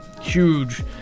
huge